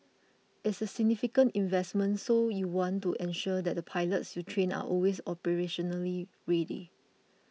it's a significant investment so you want to ensure that the pilots you train are always operationally ready